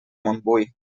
montbui